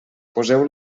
poseu